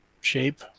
shape